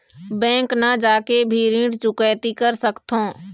Bank न जाके भी ऋण चुकैती कर सकथों?